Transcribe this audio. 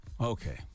Okay